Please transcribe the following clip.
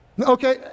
Okay